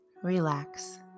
Relax